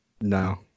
No